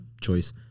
choice